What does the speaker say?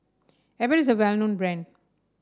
Abbott is a well known brand